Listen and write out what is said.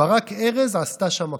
ברק ארז עשתה שם הכול.